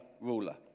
ruler